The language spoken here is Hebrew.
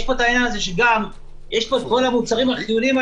יש העניין שיש המוצרים החיוניים.